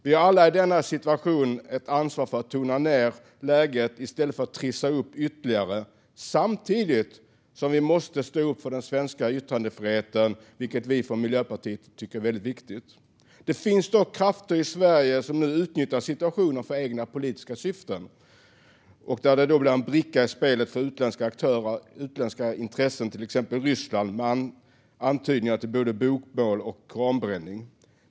Vi har alla i denna situation ett ansvar för att tona ned läget i stället för att trissa upp det ytterligare. Samtidigt måste vi stå upp för den svenska yttrandefriheten, vilket vi i Miljöpartiet tycker är väldigt viktigt. Det finns dock krafter i Sverige som nu utnyttjar situationen för egna politiska syften och blir brickor i spelet för utländska intressen och utländska aktörer, till exempel Ryssland. Det handlar till exempel om bokbål och koranbränning.